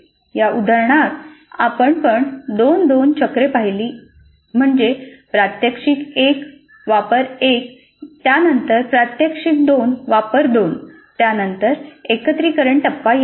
या उदाहरणात आपण पण दोन दोन चक्रे पाहिली म्हणजे प्रात्यक्षिक एक वापर 1 त्यानंतर प्रात्यक्षिक दोन वापर 2 त्यानंतर एकत्रीकरण टप्पा येतो